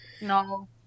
No